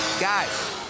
Guys